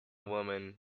women